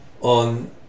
on